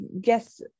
guess